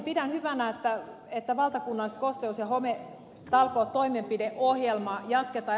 pidän hyvänä että valtakunnallista kosteus ja hometalkoot toimenpideohjelmaa jatketaan